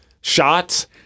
shots